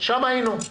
שם היינו.